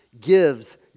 gives